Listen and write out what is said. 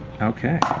okay.